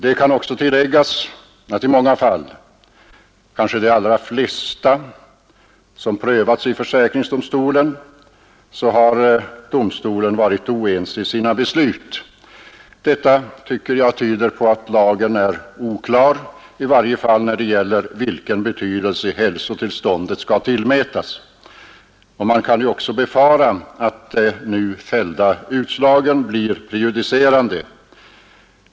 Det kan också tilläggas att i manga fall, kanske de allra flesta som prövas i försäkringsdomstolen, har domstolen varit oense i sina beslut. Detta tycker jag tyder på att lagen är oklar, i varje fall när det gäller vilken betydelse hälsotillståndet skall tillmätas. Man kan också befara att de nu fällda utslagen blir prejudicerande.